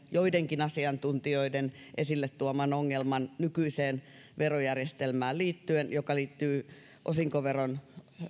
joidenkin asiantuntijoiden esille tuoman ongelman nykyiseen verojärjestelmään liittyen joka liittyy osinkoveron